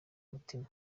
umutima